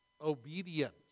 Obedience